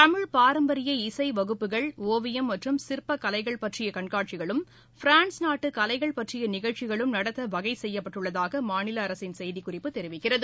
தமிழ் பாரம்பரிய இசை வகுப்புக்கள் ஓவியம் மற்றும் சிற்ப கலைகள் பற்றிய கண்காட்சிகளும் பிரான்ஸ் நாட்டு கலைகள் பற்றிய நிகழ்ச்சிகளும் நடத்த வகை செய்யப்பட்டுள்ளதாக மாநில அரசின் செய்திக்குறிப்பு தெரிவிக்கிறது